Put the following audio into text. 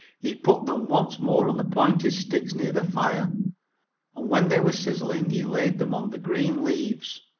he put them once more on the pointed sticks near the fire, and when they were sizzling he laid them on the green leaves.